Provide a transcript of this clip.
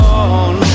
on